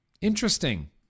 interesting